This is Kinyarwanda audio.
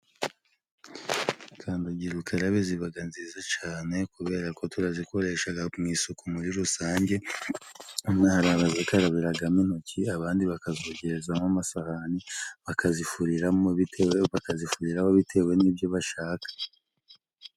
Kandagirukarabe zibaga nziza cane kubera ko turazikoreshaga mu isuku muri rusange. Hano harabazikarabiragamo intoki, abandi bakazogerezamo amasahani, bakazifuriramo, bitewe n'ibyo bashaka.